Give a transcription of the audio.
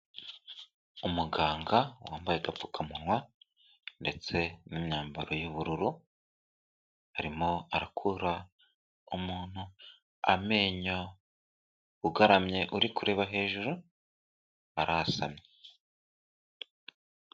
Umuganga wambaye agapfukamunwa, ndetse n'imyambaro y'ubururu, arimo arakura umuntu amenyo, ugaramye uri kureba hejuru, arasamye.